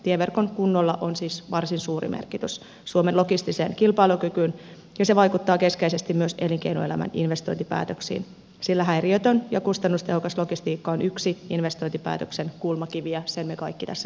tieverkon kunnolla on siis varsin suuri merkitys suomen logistiselle kilpailukyvylle ja se vaikuttaa keskeisesti myös elinkeinoelämän investointipäätöksiin sillä häiriötön ja kustannustehokas logistiikka on yksi investointipäätöksen kulmakivi ja sen me kaikki tässä salissa tiedämme